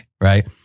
Right